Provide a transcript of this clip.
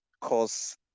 cause